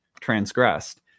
transgressed